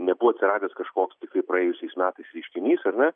nebuvo atsiradęs kažkoks tai kaip praėjusiais metais reiškinys ar ne